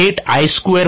मी हे थेट I2